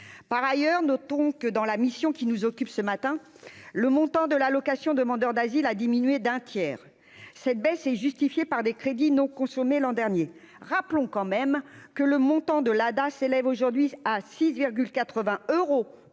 par ailleurs, notons que dans la mission qui nous occupe ce matin le montant de l'allocation demandeurs d'asile a diminué d'un tiers, cette baisse est justifiée par des crédits non consommés l'an dernier, rappelons quand même que le montant de la adage s'élève aujourd'hui à 6 virgule